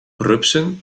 rupsen